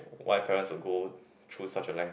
why parents would go choose such a length